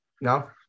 no